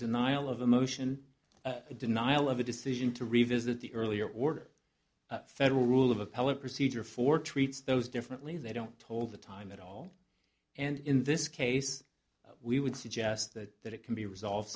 denial of the motion a denial of the decision to revisit the earlier order federal rule of appellate procedure for treats those differently they don't told the time at all and in this case we would suggest that that it can be resolved